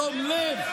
תנהגו בתום לב.